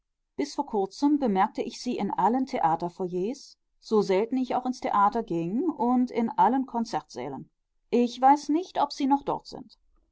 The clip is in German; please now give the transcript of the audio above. bis vor kurzem bemerkte ich sie in allen theaterfoyers so selten ich auch in theater ging und in allen konzertsälen ich weiß nicht ob sie noch dort sind